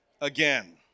again